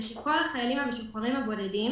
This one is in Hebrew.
שכל החיילים המשוחררים הבודדים